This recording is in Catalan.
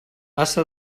ase